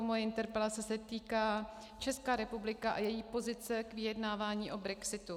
Moje interpelace se týká České republiky a její pozice ve vyjednávání o brexitu.